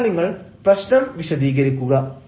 അതിനാൽ നിങ്ങൾ പ്രശ്നം വിശദീകരിക്കുക